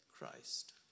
Christ